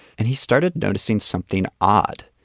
and he started noticing something odd.